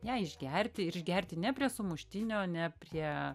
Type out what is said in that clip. ją išgerti ir išgerti ne prie sumuštinio ne prie